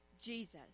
Jesus